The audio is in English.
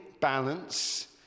balance